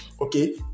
okay